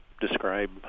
describe